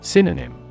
Synonym